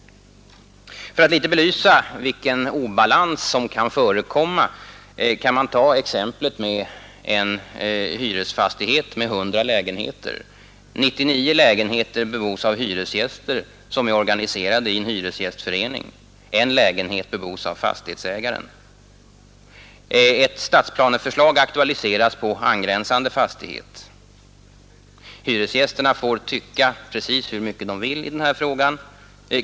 För att något belysa vilken obalans som kan förekomma kan man ta exemplet med en hyresfastighet med 100 lägenheter, där 99 lägenheter bebos av hyresgäster, som är organiserade i en hyresgästförening, medan en lägenhet bebos av fastighetsägaren. Ett stadsplaneförslag aktualiseras på angränsande fastighet. Hyresgästerna får tycka precis hur mycket de vill i den här frågan.